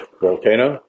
volcano